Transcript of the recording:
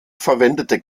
verwendete